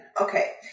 Okay